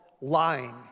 lying